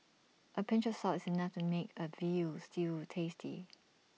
A pinch of salt is enough to make A Veal Stew tasty